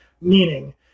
Meaning